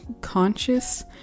conscious